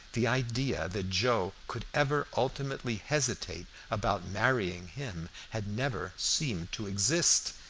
the idea that joe could ever ultimately hesitate about marrying him had never seemed to exist,